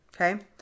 Okay